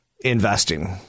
investing